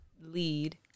lead